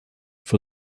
for